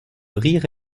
rire